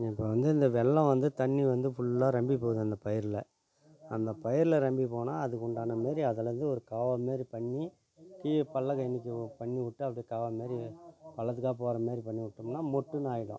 இப்போ வந்து இந்த வெள்ளம் வந்து தண்ணி வந்து ஃபுல்லா ரெம்பி போது அந்த பயிரில் அந்த பயிரில் ரொம்பி போனால் அதுக்குண்டான மாரி அதுலேருந்து ஒரு கால்வா மாரி பண்ணி கீழே பள்ளக்ககயினுக்கு பண்ணிவிட்டா அப்படியே கால்வா மாரி பள்ளத்துக்கா போகிற மாரி பண்ணிவிட்டோம்னா மொட்டுன்னு ஆயிடும்